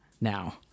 now